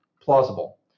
plausible